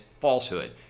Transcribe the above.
falsehood